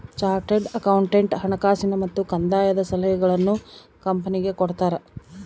chartered accountant ಹಣಕಾಸಿನ ಮತ್ತು ಕಂದಾಯದ ಸಲಹೆಗಳನ್ನು ಕಂಪನಿಗೆ ಕೊಡ್ತಾರ